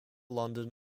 london